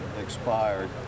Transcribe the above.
expired